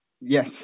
Yes